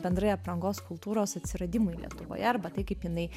bendrai aprangos kultūros atsiradimui lietuvoje arba tai kaip jinai